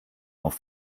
auf